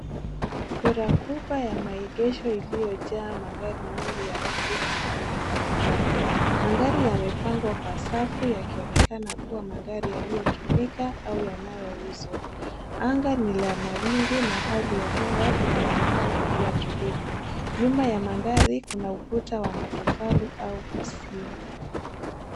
Kura kubwa ya maegesho iliyojaa magari mengi ya rangi na aina mbalimbali. Magari yamepangwa kwa safu yakionekana kuwa magari yaliyotumika au yanayouzwa. Anga ni la mawingu na hali ya hewa inaonekana kuwa tulivu. Nyuma ya magari, kuna ukuta wa matofali au uzio.